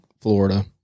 Florida